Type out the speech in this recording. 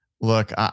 Look